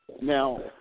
Now